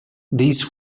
these